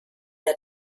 der